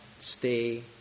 stay